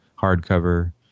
hardcover